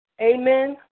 Amen